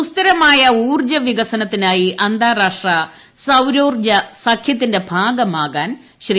സുസ്ഥിരമായ ഊർജ്ജവികസനത്തിനായി അന്താരാഷ്ട്ര സൌരോർജ സഖ്യത്തിന്റെ ഭാഗമാകാൻ ശ്രീ